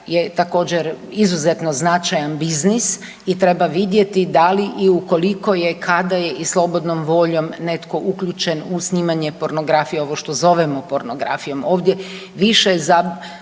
je također izuzetno značajan biznis i treba vidjeti da li i u koliko je, kada je i slobodnom voljom netko uključen u snimanje pornografije ovo što zovemo pornografijom. Ovdje više zabrinutost